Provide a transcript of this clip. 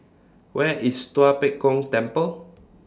Where IS Tua Pek Kong Temple